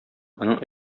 моның